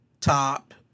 top